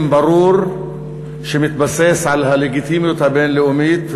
ברור שמתבסס על הלגיטימיות הבין-לאומית,